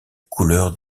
couleur